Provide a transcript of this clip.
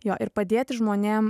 jo ir padėti žmonėm